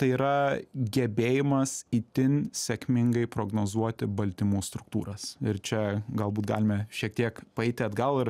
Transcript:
tai yra gebėjimas itin sėkmingai prognozuoti baltymų struktūras ir čia galbūt galime šiek tiek paeiti atgal ir